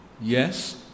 Yes